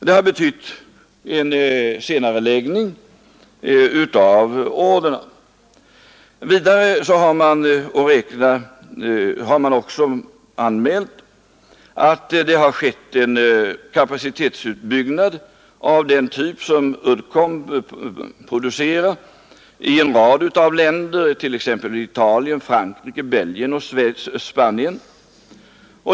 Det har betytt en senareläggning av orderna. Vidare har man också anmält att det har skett en kapacitetsuppbyggnad av Uddcombs typ i en rad länder, t.ex. Italien, Frankrike, Belgien och Spanien.